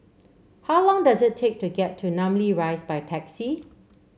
how long does it take to get to Namly Rise by taxi